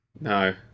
No